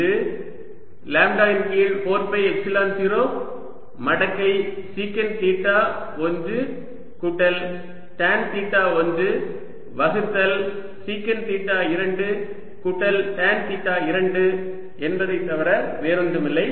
இது லாம்ப்டா இன் கீழ் 4 பை எப்சிலன் 0 மடக்கை சீகண்ட் தீட்டா 1 கூட்டல் டான் தீட்டா 1 வகுத்தல் சீகண்ட் தீட்டா 2 கூட்டல் டான் தீட்டா 2 என்பதை தவிர வேறொன்றுமில்லை